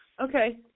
okay